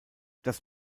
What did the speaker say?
das